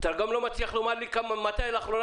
אתה גם לא מצליח לומר לי מתי לאחרונה